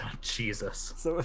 Jesus